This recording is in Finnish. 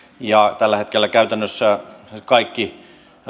ja tällä hetkellä käytännössä kaikki